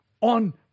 on